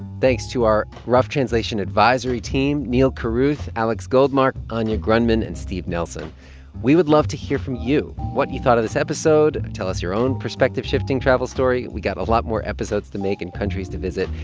thanks to our rough translation advisory team, neal carruth, alex goldmark, anya grundmann and steve nelson we would love to hear from you what you thought of this episode tell us your own perspective-shifting travel story. we got a lot more episodes to make and countries to visit.